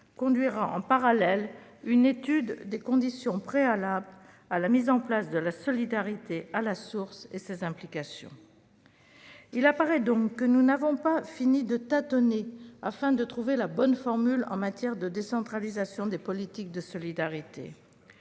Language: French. conduira en parallèle une étude des conditions préalables à la mise en place de la solidarité à la source et de ses implications. Il apparaît donc que nous n'avons pas fini de tâtonner à la recherche de la bonne formule en matière de décentralisation des politiques de solidarité.